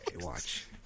Watch